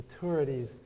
maturities